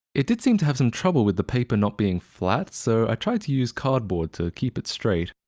it did seem to have some trouble with the paper not being flat, so i tried to use cardboard to keep it straight.